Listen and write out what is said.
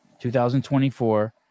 2024